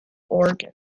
organ